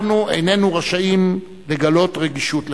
אנחנו איננו רשאים שלא לגלות רגישות לכך.